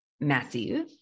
massive